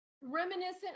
reminiscent